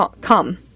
come